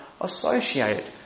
associated